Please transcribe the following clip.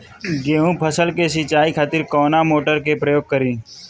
गेहूं फसल के सिंचाई खातिर कवना मोटर के प्रयोग करी?